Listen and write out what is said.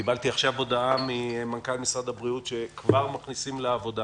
קיבלתי עכשיו הודעה ממנכ"ל משרד הבריאות שכבר מכניסים לעבודה